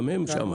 גם הם שם,